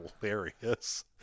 hilarious